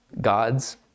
gods